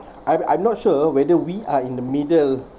I'm I'm not sure whether we are in the middle